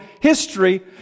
history